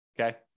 Okay